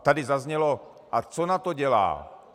Tady zaznělo: A co NATO dělá?